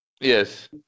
yes